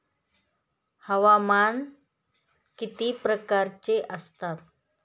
हवामान किती प्रकारचे असतात?